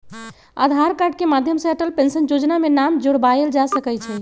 आधार card के माध्यम से अटल पेंशन जोजना में नाम जोरबायल जा सकइ छै